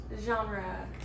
Genre